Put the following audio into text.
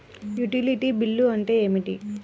Utility bill అంటే ఏమిటి?